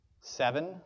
Seven